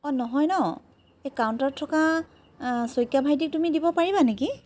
অঁ নহয় ন এই কাউণ্টাৰত থকা শইকীয়া ভাইটিক তুমি দিব পাৰিবা নেকি